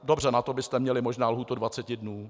Dobře, na to byste měli možná lhůtu 20 dnů.